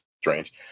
strange